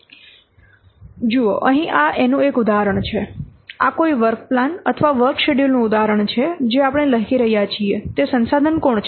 જુઓ અહીં આ એનું એક ઉદાહરણ છે આ કોઈ વર્ક પ્લાન અથવા વર્ક શેડ્યૂલ નું ઉદાહરણ છે જે આપણે લખી રહ્યા છીએ તે સંસાધન કોણ છે